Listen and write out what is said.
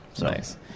Nice